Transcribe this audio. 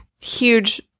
Huge